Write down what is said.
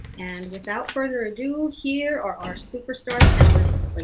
and without further ado, here are our superstar panelists